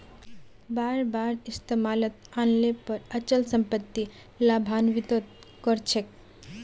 बार बार इस्तमालत आन ल पर अचल सम्पत्ति लाभान्वित त कर छेक